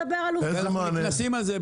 אנחנו נקנסים על זה.